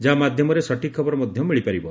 ଯାହା ମାଧ୍ଧମରେ ସଠିକ୍ ଖବର ମଧ୍ଧ ମିଳିପାରିବ